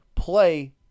Play